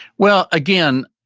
well, again,